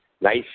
nice